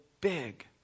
big